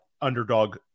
underdog